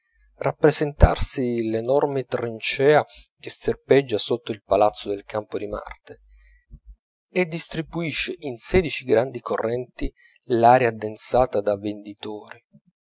rappresentarsi l'enorme trincea che serpeggia sotto il palazzo del campo di marte e distribuisce in sedici grandi correnti l'aria addensata dai venditori